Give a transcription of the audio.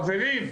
חברים,